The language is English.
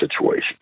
situation